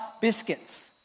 biscuits